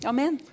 Amen